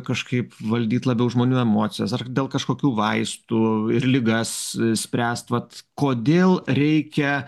kažkaip valdyt labiau žmonių emocijas ar dėl kažkokių vaistų ir ligas spręst vat kodėl reikia